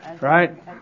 Right